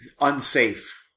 unsafe